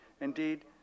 Indeed